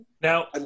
Now